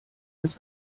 als